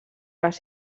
les